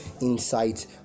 insight